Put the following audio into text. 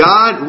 God